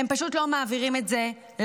הם הם פשוט לא מעבירים את זה לצרכן.